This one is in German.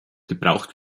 gebraucht